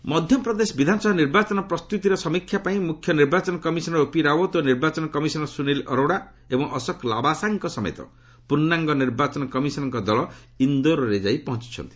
EC MP Madhya Pradesh ବିଧାନସଭା ନିର୍ବାଚନ ପ୍ରସ୍ତୁତିର ସମୀକ୍ଷା ପାଇଁ ମୁଖ୍ୟ ନିର୍ବାଚନ କମିଶନର ଓପି ରାବତ ଓ ନିର୍ବାଚନ କମିଶନର ସ୍ତ୍ରନୀଲ ଅରୋଡା ଏବଂ ଅଶୋକ ଲାବାସାଙ୍କ ସମେତ ପୂର୍ଣ୍ଣାଙ୍ଗ ନିର୍ବାଚନ କମିଶନଙ୍କ ଦଳ ଇନ୍ଦୋରରେ ପହଞ୍ଚୁଛନ୍ତି